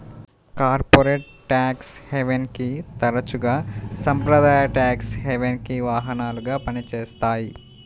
corporate tax హెవెన్ని తరచుగా సాంప్రదాయ ట్యేక్స్ హెవెన్కి వాహనాలుగా పనిచేస్తాయి